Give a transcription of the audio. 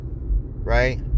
right